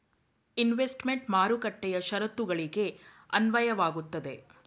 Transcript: investment ಮಾರುಕಟ್ಟೆಯ ಶರತ್ತುಗಳಿಗೆ ಅನ್ವಯವಾಗುತ್ತದೆ